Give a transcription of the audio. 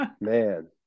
Man